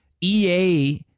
EA